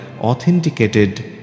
authenticated